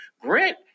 Grant